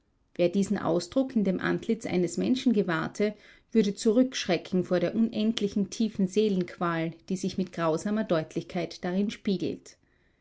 wer diesen ausdruck in dem antlitz eines menschen gewahrte würde zurückschrecken vor der unendlich tiefen seelenqual die sich mit grausamer deutlichkeit darin spiegelt